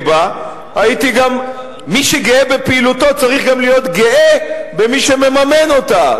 בה מי שגאה בפעילותו צריך גם להיות גאה במי שמממן אותה,